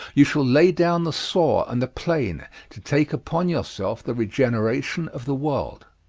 you shall lay down the saw and the plane to take upon yourself the regeneration of the world.